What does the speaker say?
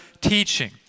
teaching